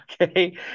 okay